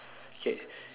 K